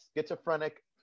schizophrenic